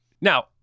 Now